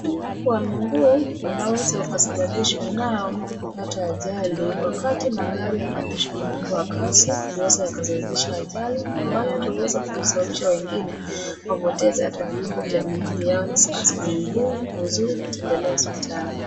Alafu wa miguu unaweza ukasababishwa na mtu kupata ajali. Wakati magari yanaendeshwa kwa mwendo wa kasi, huweza ikasababisha ajali ambayo hata huweza kusababisha wengine wapoteze hata viungo vya miili yao, hasa miguu. Ni vizuri kutembelea hospitali.